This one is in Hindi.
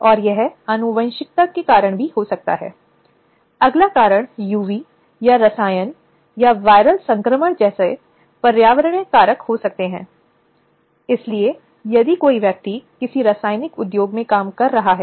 इस तरह का यौन उत्पीड़न भारतीय दंड संहिता 1860 की धारा 354 और धारा 509 के तहत आपराधिक अपराधों का भी गठन कर सकता है जो एक महिला और अश्लीलता के अपमान में नाराजगी की बात करता है